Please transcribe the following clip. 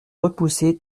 repoussé